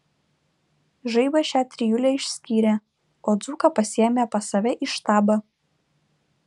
žaibas šią trijulę išskyrė o dzūką pasiėmė pas save į štabą